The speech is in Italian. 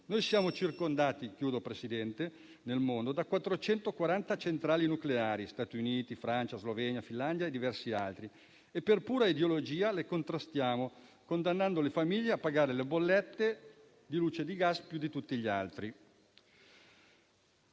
Noi siamo circondati nel mondo da 440 centrali nucleari in Stati Uniti, Francia, Slovenia, Finlandia e in diversi altri Paesi e per pura ideologia le contrastiamo, condannando le famiglie a pagare più di tutti gli altri